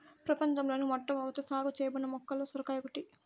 ప్రపంచంలోని మొట్టమొదట సాగు చేయబడిన మొక్కలలో సొరకాయ ఒకటి